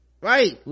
Right